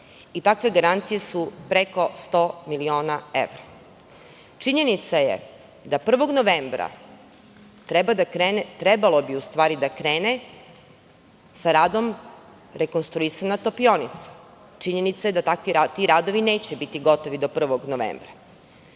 Takve garancije su preko 100 miliona evra. Činjenica je da 1. novembra bi trebalo da krene sa radom rekonstruisana topionica. Činjenica je da ti radovi neće biti gotovi do 1. novembra.